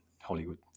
Hollywood